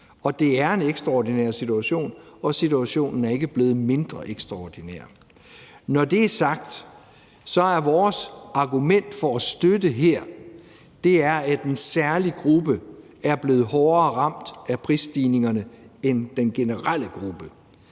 Og det er en ekstraordinær situation, og situationen er ikke blevet mindre ekstraordinær. Når det er sagt, er vores argument for at støtte her, at en særlig gruppe er blevet hårdere ramt af prisstigningerne end den generelle gruppe.